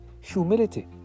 humility